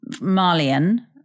Malian